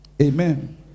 Amen